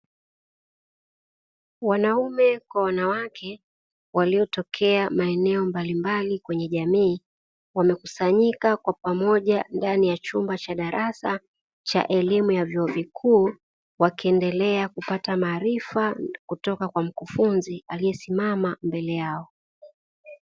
Wanaume kwa Wanawake waliotokea maeneo mbalimbali kwenye jamii, wamekusanyika kwa pamoja ndani ya chumba cha darasa cha elimu ya vyuo vikuu, wakiendelea kupata maarifa kutoka kwa Mkufunzi aliyesimama mbele yao.